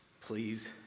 Please